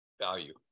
value